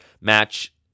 match